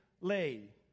lay